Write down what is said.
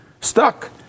Stuck